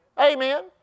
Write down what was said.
Amen